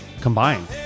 Combined